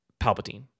Palpatine